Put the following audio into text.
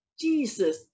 Jesus